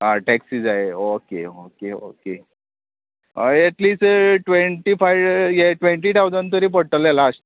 आं टॅक्सी जाय okay okay okay हय एटलिस्ट ट्वेंटी फाय हे ट्वेंटी ठावजण तरी पडटलें लास्ट